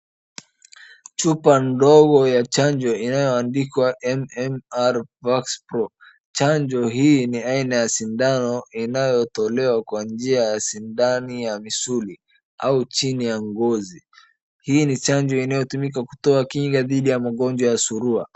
Chupa ndogo ya chanjo inayoandikwa M-M-RvaxPro, chanjo hii ni aina ya sindano inayotolewa kwa njia ya sindani ya misuli au chini ya ngozi, hii ni chanjo inayotumika kutoa kinga dhidi ya magonjwa ya surua.